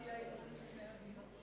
אפשר להתחיל בהצבעת האי-אמון לפני הדיון?